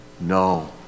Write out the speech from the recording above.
No